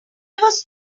was